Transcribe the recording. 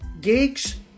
gigs